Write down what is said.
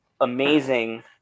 amazing